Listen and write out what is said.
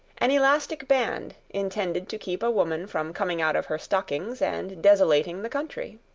an elastic band intended to keep a woman from coming out of her stockings and desolating the country.